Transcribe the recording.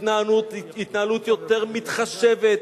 התנהלות יותר מתחשבת,